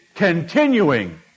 continuing